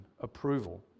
approval